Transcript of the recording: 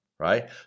right